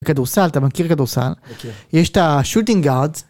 כדורסל, אתה מכיר כדורסל? כן. יש את השוטינג גרדס?